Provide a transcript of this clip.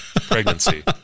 pregnancy